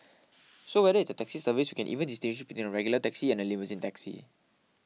so whether it's a taxi service we can even distinguish between a regular taxi and a limousine taxi